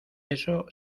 eso